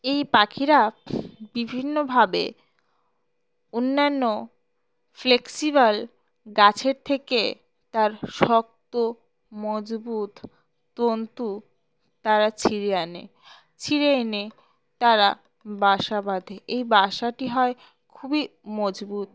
এই পাখিরা বিভিন্নভাবে অন্যান্য ফ্লেক্সিবাল গাছের থেকে তার শক্ত মজবুত তন্তু তারা ছিঁড়ে আনে ছিঁড়ে এনে তারা বাসা বাঁধে এই বাসাটি হয় খুবই মজবুত